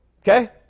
Okay